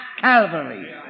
Calvary